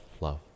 love